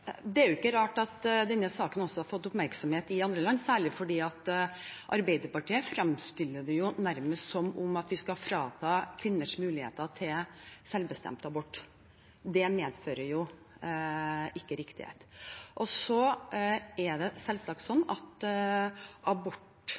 Det er ikke rart at denne saken også har fått oppmerksomhet i andre land, særlig fordi Arbeiderpartiet fremstiller det nærmest som at vi skal frata kvinner muligheter til selvbestemt abort. Det medfører ikke riktighet. Det er selvsagt sånn at abortlovgivning er et viktig spørsmål for kvinner. Det